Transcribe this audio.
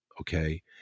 okay